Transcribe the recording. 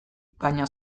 baina